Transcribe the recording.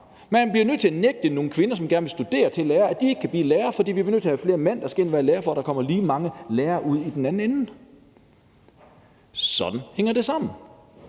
Man bliver nødt til at nægte nogle kvinder, som gerne vil studere til lærer, at blive lærer, fordi vi bliver nødt til at have flere mænd, der skal ind at være lærer, for at der kommer lige mange lærere ud i den anden ende. Sådan hænger det sammen.